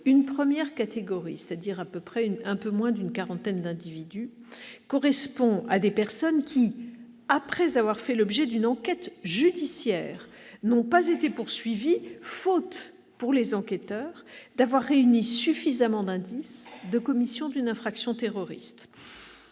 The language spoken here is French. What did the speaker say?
Une première catégorie regroupe un peu moins d'une quarantaine d'individus qui, après avoir fait l'objet d'une enquête judiciaire, n'ont pas été poursuivis faute, pour les enquêteurs, d'avoir réuni suffisamment d'indices de commission d'une infraction terroriste,